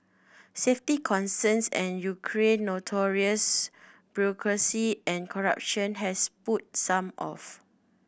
safety concerns and Ukraine notorious bureaucracy and corruption has put some off